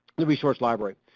the resource library.